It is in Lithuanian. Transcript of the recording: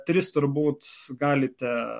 tris turbūt galite